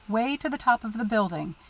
way to the top of the building.